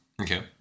Okay